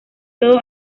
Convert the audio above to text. todo